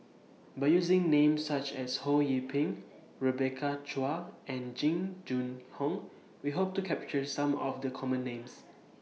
By using Names such as Ho Yee Ping Rebecca Chua and Jing Jun Hong We Hope to capture Some of The Common Names